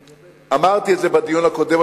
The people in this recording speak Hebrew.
אמרתי את זה בדיון הקודם,